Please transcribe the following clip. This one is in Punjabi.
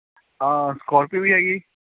ਆਹ ਸਕੋਰਪੀਓ ਵੀ ਹੈਗੀ ਹੈ ਜੀ